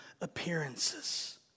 appearances